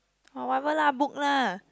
oh whatever lah book lah